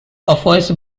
offers